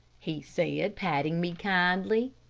he said, patting me kindly.